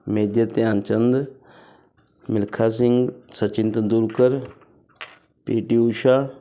major Dhyan Chand Milkha Singh Sachin Tendulkar P T Usha